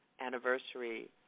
anniversary